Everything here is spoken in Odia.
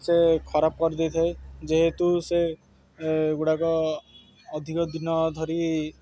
ସେ ଖରାପ କରିଦେଇଥାଏ ଯେହେତୁ ସେ ଗୁଡ଼ାକ ଅଧିକ ଦିନ ଧରି